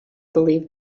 believed